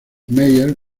meyer